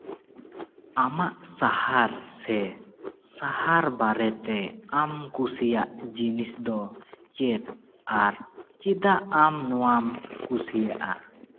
ᱟᱢᱟᱜ ᱥᱟᱦᱟᱨ ᱥᱮ ᱥᱟᱦᱟᱨ ᱵᱟᱨᱮᱛᱮ ᱟᱢ ᱠᱩᱥᱤᱭᱟᱜ ᱡᱤᱱᱤᱥ ᱫᱚ ᱪᱮᱫ ᱟᱨ ᱪᱮᱫᱟᱜ ᱟᱢ ᱱᱚᱣᱟᱢ ᱠᱩᱥᱤᱭᱟᱜᱼᱟ